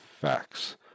facts